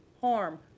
harm